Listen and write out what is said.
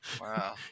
Wow